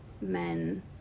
men